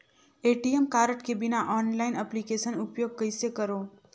ATM card के बिना online application उपयोग कइसे करो?